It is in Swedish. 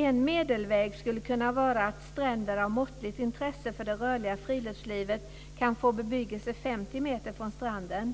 En medelväg skulle kunna vara att stränder av måttligt intresse för det rörliga friluftslivet kan få bebyggelse Carina Adolfsson